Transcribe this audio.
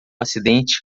acidente